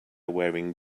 wearing